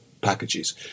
packages